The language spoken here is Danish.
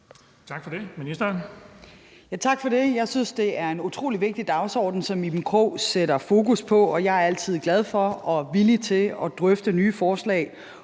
Tak for det. Jeg synes, det er en utrolig vigtig dagsorden, som Iben Krog sætter fokus på. Jeg er altid glad for og villig til at drøfte nye forslag